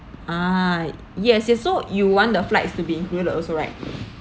ah yes yes so you want the flights to be included also right